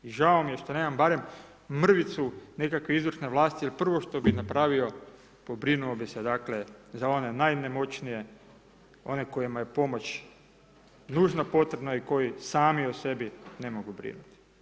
I žao mi je što nemam barem mrvicu nekakve izvršne vlasti jer prvo što bi napravio pobrinuo bi se dakle za one najnemoćnije, one kojima je pomoć nužno potrebna i koji sami o sebi ne mogu brinuti.